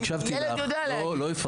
אני הקשבתי לך ולא הפרעתי.